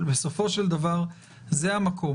אבל בסופו של דבר זה המקום.